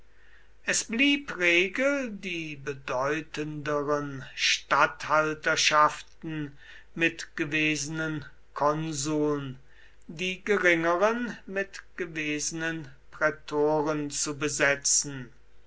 es blieb regel die bedeutenderen statthalterschaften mit gewesenen konsuln die geringeren mit gewesenen prätoren zu besetzen